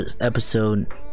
episode